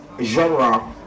genre